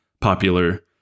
popular